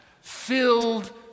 filled